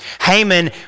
Haman